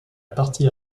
partie